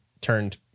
turned